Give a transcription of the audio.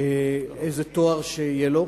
איזה תואר שיהיה לו,